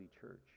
church